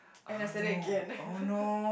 and I said it again